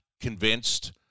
convinced –